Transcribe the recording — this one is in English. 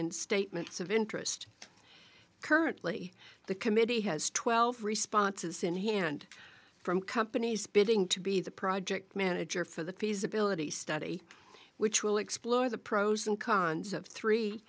in statements of interest currently the committee has twelve responses in hand from companies bidding to be the project manager for the feasibility study which will explore the pros and cons of three